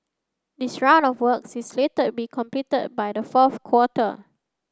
this round of works is slated be completed by the fourth quarter